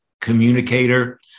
communicator